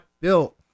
built